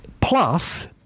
Plus